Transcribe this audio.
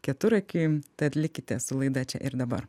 keturakiui tad likite su laida čia ir dabar